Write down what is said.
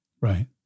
Right